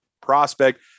prospect